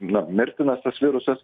na mirtinas tas virusas